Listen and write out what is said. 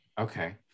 okay